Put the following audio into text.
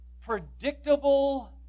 predictable